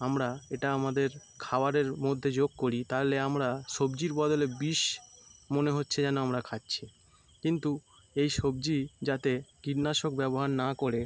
আমরা এটা আমাদের খাওয়ারের মধ্যে যোগ করি তাহলে আমরা সবজির বদলে বিষ মনে হচ্ছে যেন আমরা খাচ্ছি কিন্তু এই সবজি যাতে কীটনাশক ব্যবহার না করে